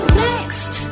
next